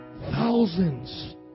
thousands